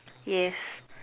yes